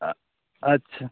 ᱟᱪᱪᱷᱟ